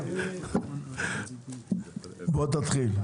בוא תתחיל.